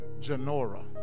Janora